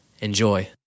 Enjoy